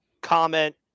comment